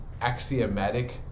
axiomatic